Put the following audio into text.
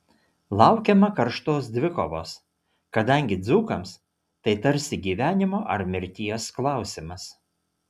laukiama karštos dvikovos kadangi dzūkams tai tarsi gyvenimo ar mirties klausimas